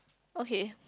okay